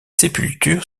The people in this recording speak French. sépultures